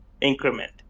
increment